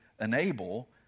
enable